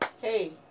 Hey